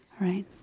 right